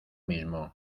mismo